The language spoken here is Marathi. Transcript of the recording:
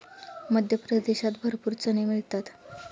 मध्य प्रदेशात भरपूर चणे मिळतात